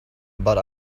but